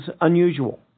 unusual